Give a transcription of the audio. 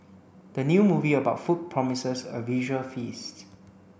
the new movie about food promises a visual feast